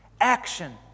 action